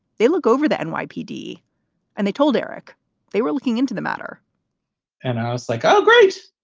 they look over the and nypd and they told eric they were looking into the matter and i was like, oh, great.